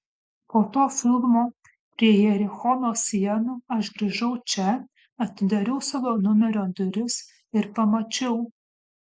po to filmo prie jerichono sienų aš grįžau čia atidariau savo numerio duris ir pamačiau